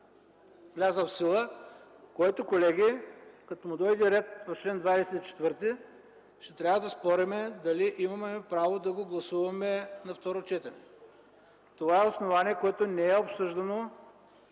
влязъл в сила. Колеги, като дойде ред на чл. 24, ще трябва да спорим дали имаме право да го гласуваме на второ четене. Това е основание, което не е обсъждано.